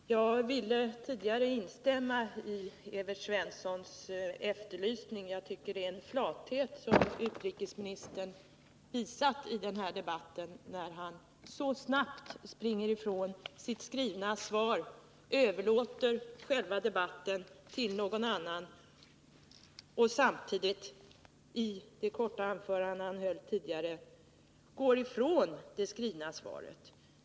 Herr talman! Jag ville tidigare instämma i Evert Svenssons efterlysning. Jag tycker det är en flathet som utrikesministern visat i den här debatten när han så snabbt —i det korta anförande han höll tidigare — gått ifrån det skrivna svaret och överlåtit själva debatten åt någon annan.